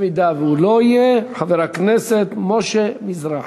אם הוא לא יהיה, חבר הכנסת משה מזרחי.